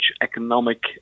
economic